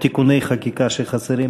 או תיקוני חקיקה שחסרים.